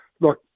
look